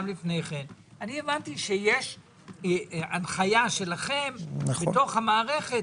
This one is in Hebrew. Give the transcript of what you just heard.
שיש הנחייה שלכם בתוך המערכת.